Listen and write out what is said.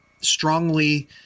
strongly